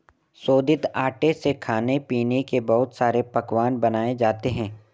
शोधित आटे से खाने पीने के बहुत सारे पकवान बनाये जाते है